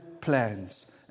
plans